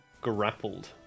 grappled